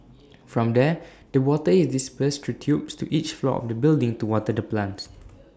from there the water is dispersed through tubes to each floor of the building to water the plants